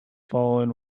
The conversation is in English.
fallen